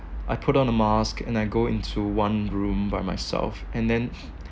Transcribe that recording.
I put on a mask and I go into one room by myself and then